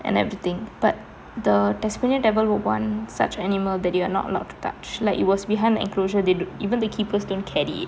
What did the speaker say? and everything but the tasmanian devil was one such animal that you are not allowed to touch like it was behind the enclosure even the keepers don't carry it